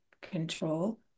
control